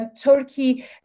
Turkey